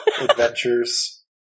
adventures